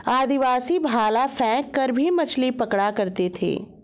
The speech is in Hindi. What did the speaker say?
आदिवासी भाला फैंक कर भी मछली पकड़ा करते थे